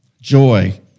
joy